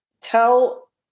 tell